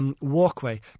walkway